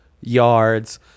yards